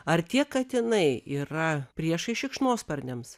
ar tie katinai yra priešai šikšnosparniams